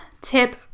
tip